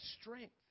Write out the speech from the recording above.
strength